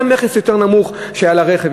היה מכס יותר נמוך על הרכב,